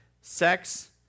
Sex